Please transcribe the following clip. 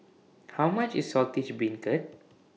How much IS Saltish Beancurd